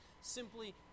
simply